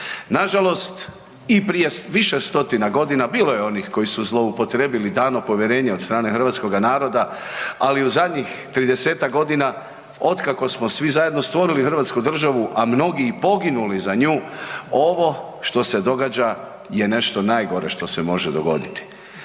Nažalost, i prije više stotina godina, bilo je onih koji su zloupotrebili dano povjerenje od strane hrvatskoga naroda, ali u zadnjih 30-tak godina otkako smo svi zajedno stvorili hrvatsku državu, a mnogi i poginuli za nju, ovo što se događa je nešto najgore što se može dogoditi.